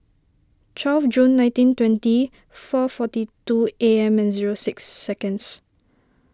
twelve June nineteen twenty four forty two A M and zero six seconds